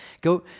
Go